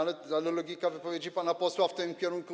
ale logika wypowiedzi pana posła szła w tym kierunku.